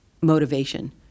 motivation